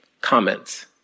comments